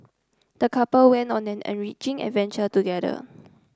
the couple went on an enriching adventure together